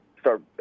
start